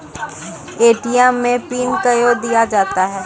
ATM मे PIN कयो दिया जाता हैं?